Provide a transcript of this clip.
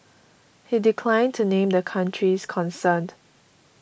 he declined to name the countries concerned